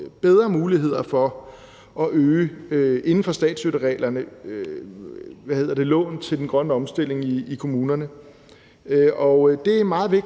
bedre muligheder for inden for statsstøttereglerne at øge långivningen til den grønne omstilling i kommunerne. Det er meget vigtigt.